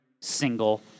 single